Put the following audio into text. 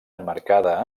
emmarcada